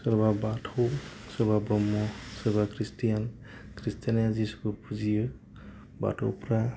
सोरबा बाथौ सोरबा ब्रह्म सोरबा खृष्टियान खृष्टाना जिशुखौ फुजियो बाथौफ्रा